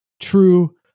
True